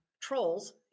trolls